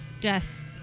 Yes